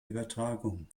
übertragung